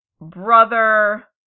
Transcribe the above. brother